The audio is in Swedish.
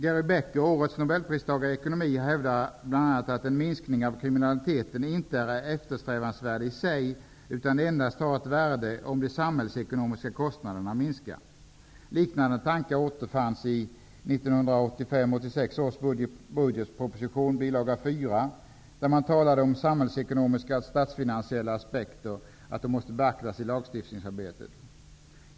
Gary Becker, årets nobelpristagare i ekonomi, hävdar bl.a. att en minskning av kriminaliteten inte är ''eftersträvandsvärd i sig'', utan endast har ''ett värde om de samhällsekonomiska kostnaderna minskar''. Liknande tankar återfanns i 1985/86 års budgetproposition, bilaga 4, där man talade om att ''samhällsekonomiska och statsfinansiella aspekter'' måste ''beaktas även i lagstiftningsarbetet''.